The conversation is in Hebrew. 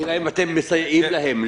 השאלה אם אתם מסייעים להם.